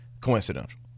coincidental